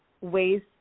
ways